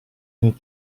nel